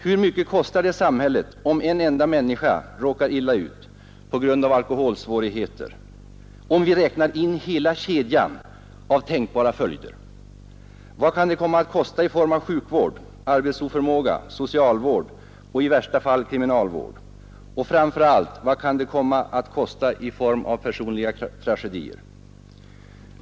Hur mycket kostar det samhället att en enda ung människa råkar illa ut på grund av alkoholsvårigheter, om vi räknar in hela kedjan av tänkbara följder? Vad Nr 56 kan det komma att kosta i form av sjukvård, arbetsoförmåga, socialvård Onsdagen den och i värsta fall kriminalvård? Och framför allt: Vad kan det komma att 12 april 1972 kosta i form av personliga tragedier?